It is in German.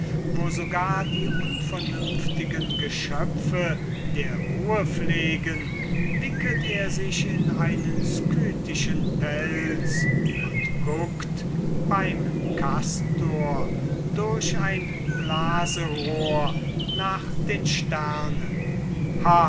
wo sogar die unvernünftigen geschöpfe der ruhe pflegen wickelt er sich in einen scythischen pelz und guckt beim castor durch ein blaserohr nach den sternen